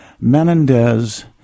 Menendez